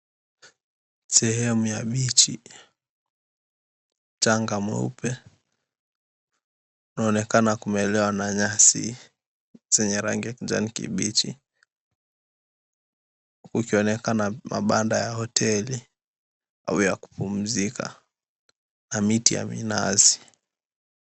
Sehemu ya beach yenye mchanga mweupe inaonekana kumelewa na nyasi zenye rangi ya kijani kibichi, ukionekana mabanda ya hoteli au ya kupumzika na miti ya minazi.